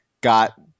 got